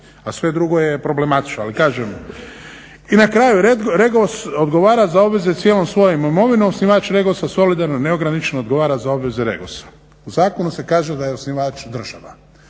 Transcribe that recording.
a sve drugo je problematično. I na kraju, REGOS odgovara za obveze cijelom svojom imovinom, osnivač REGOS-a solidarno, neograničeno odgovara za obveze REGOS-u. U zakonu se kaže da je osnivač država,